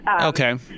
Okay